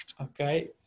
okay